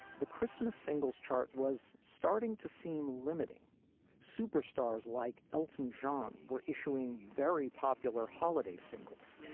the christmas singles chart was starting to seem limiting superstars like elton john were issuing very popular holiday singles